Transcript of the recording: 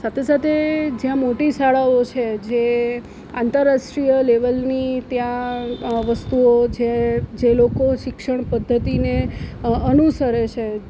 સાથે સાથે જ્યાં મોટી શાળાઓ છે જે આંતરરાષ્ટ્રિય લેવલની ત્યાં વસ્તુઓ છે જે લોકો શિક્ષણ પદ્ધતિને અ અનુસરે છે